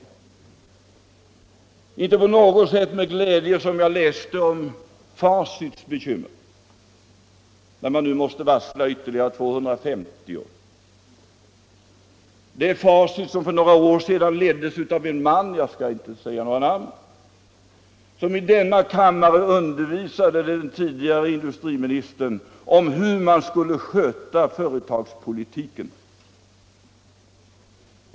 Det var inte på något sätt med glädje som jag läste om Facits bekymmer när man nu måste varsla om permittering av ytterligare 250 anställda, Facit som för några år sedan leddes av en man -— jag skall inte nämna några namn — som i denna kammare undervisade den tidigare industriministern om hur man skulle sköta företagspolitiken.